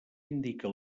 indica